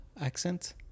accent